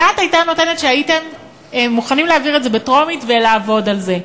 הדעת הייתה נותנת שהייתם מוכנים להעביר את זה בטרומית ולעבוד על זה,